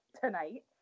tonight